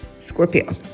Scorpio